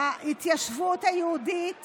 ההתיישבות היהודית